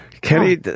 Kenny